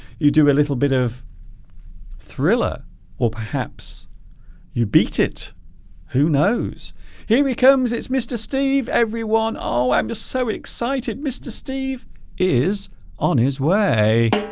you do a little bit of thriller or perhaps you beat it who knows here he comes it's mr. steve everyone oh i'm just so excited mr. steve is on his way